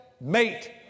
mate